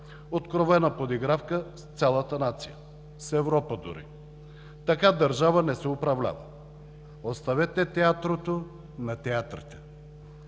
откровена подигравка с цялата нация, с Европа дори. Така държава не се управлява. Оставете театрото на театрите!